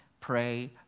Pray